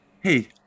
Hey